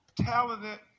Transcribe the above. talented